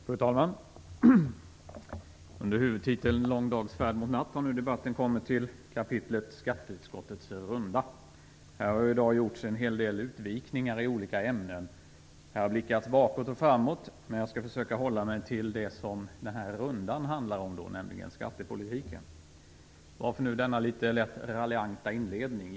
Fru talman! Under huvudtiteln Lång dags färd mot natt har debatten nu kommit till kapitlet Skatteutskottets runda. Här har i dag gjorts en hel del utvikningar i olika ämnen. Här har blickats bakåt och framåt, men jag skall försöka hålla mig till det som den här rundan handlar om, nämligen skattepolitiken. Varför nu denna något raljanta inledning?